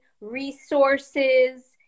resources